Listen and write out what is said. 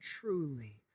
Truly